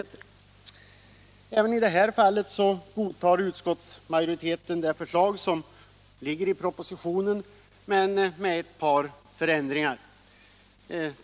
Även i det här fallet godtar utskottsmajoriteten propositionens förslag men med ett par förändringar.